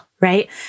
right